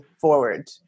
forward